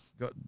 got